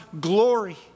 glory